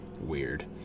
Weird